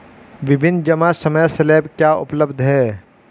विभिन्न जमा समय स्लैब क्या उपलब्ध हैं?